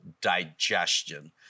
digestion